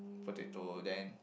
potato then